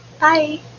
Bye